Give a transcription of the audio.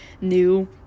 new